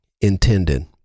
intended